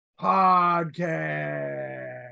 podcast